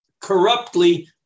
corruptly